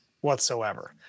whatsoever